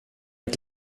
ett